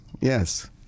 yes